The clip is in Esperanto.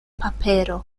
papero